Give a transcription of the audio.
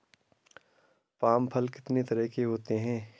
Palm फल कितनी तरह के होते हैं?